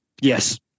Yes